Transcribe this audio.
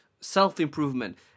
self-improvement